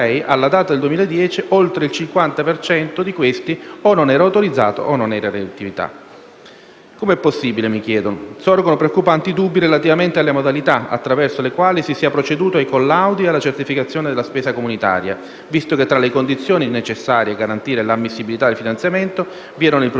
oltre il 50 per cento di questi o non era autorizzato o non era in attività. Come è possibile, mi chiedo? Sorgono preoccupanti dubbi relativamente alle modalità con le quali si è proceduto ai colludi e alla certificazione della spesa comunitaria, visto che, tra le condizioni necessarie a garantire l'ammissibilità del finanziamento, vi erano il progetto